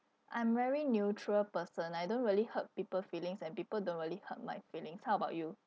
I'm very neutral person I don't really hurt people feelings and people don't really hurt my feelings how about you